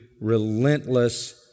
relentless